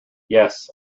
yes